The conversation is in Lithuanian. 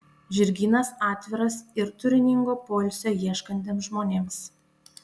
žirgynas atviras ir turiningo poilsio ieškantiems žmonėms